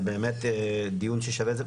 זה באמת דיון ששווה את זה,